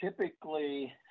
typically